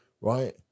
right